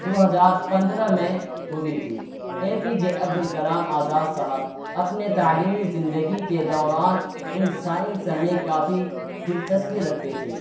دو ہزار پندرہ میں ہوئی تھی A P J Abdul Kalam Azad صاحب اپنے تعلیمی زندگی کے دوران ان سائنس میں کافی دلچسپی رکھتے تھے